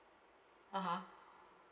(uh huh)